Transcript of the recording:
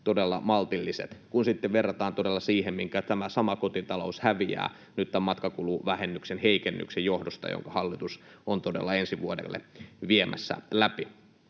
todella maltilliset, kun sitten verrataan siihen, minkä tämä sama kotitalous häviää nyt tämän matkakuluvähennyksen heikennyksen johdosta, jonka hallitus on todella ensi vuodelle viemässä läpi.